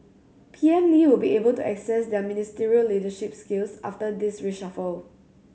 P M Lee will be able to assess their ministerial leadership skills after this reshuffle